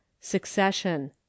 Succession